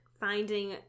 finding